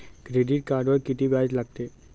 Credit कार्डवर किती व्याज लागते?